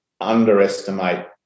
underestimate